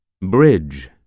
bridge